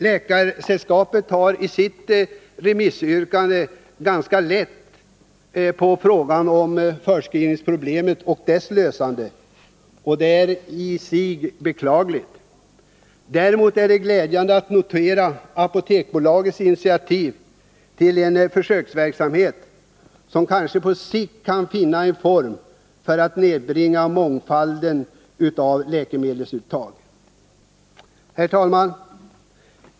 Läkarsällskapet tar i sitt remissyttrande ganska lätt på frågan om förskrivningsproblemet, och det är i sig beklagligt. Däremot är det glädjande att notera Apoteksbolagets initiativ till en försöksverksamhet som kanske på sikt kan finna en form för att nedbringa mångfalden av läkemedelsuttag. Herr talman!